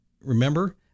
remember